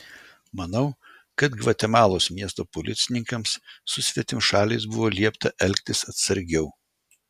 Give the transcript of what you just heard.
manau kad gvatemalos miesto policininkams su svetimšaliais buvo liepta elgtis atsargiau